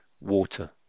water